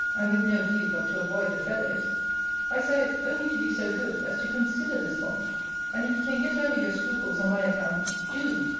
and with no view, but to avoid the fellows i say, only to be so good, as to consider this point and if you can get over your scruples on my account, do.